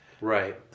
Right